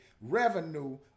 revenue